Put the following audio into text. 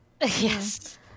yes